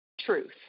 truth